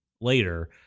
later